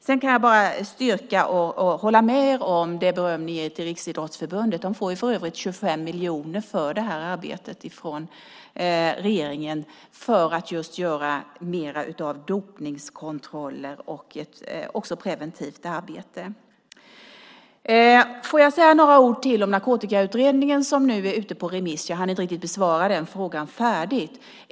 Jag kan bara styrka och hålla med om det beröm ni ger till Riksidrottsförbundet. De får för övrigt 25 miljoner för det här arbetet från regeringen, för just fler dopningskontroller och för preventivt arbete. Får jag säga några ord till om Narkotikautredningen som nu är ute på remiss, för jag hann inte riktigt besvara den frågan färdigt.